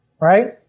right